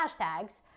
hashtags